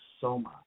Soma